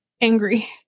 angry